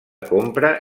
compra